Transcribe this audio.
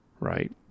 Right